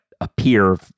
appear